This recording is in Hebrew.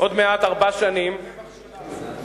עוד מעט ארבע שנים, הפסד שלהם ורווח שלנו.